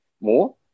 more